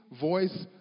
voice